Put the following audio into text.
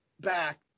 back